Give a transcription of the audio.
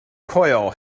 coil